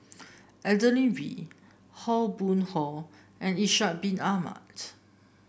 Adeline Aw Boon Haw and Ishak Bin Ahmad